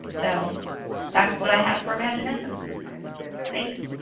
so that's what i have for imagineif and thanks.